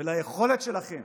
וליכולת שלכם